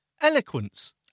Eloquence